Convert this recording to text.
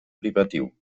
privatiu